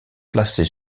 placée